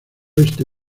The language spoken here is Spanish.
oeste